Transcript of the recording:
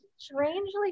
strangely